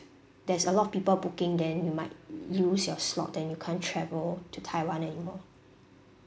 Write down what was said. there's a lot of people booking then you might lose your slot then you can't travel to taiwan anymore